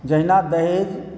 जहिना दहेज़